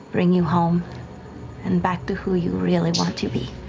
bring you home and back to who you really want to be.